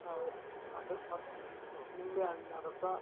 ಹಾಂ ಸರ್ ಮತ್ತೆ ನಿಂಬೆ ಹಣ್ಣಿನ ರಸ